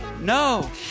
No